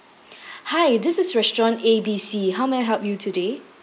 hi this is restaurant A B C how may I help you today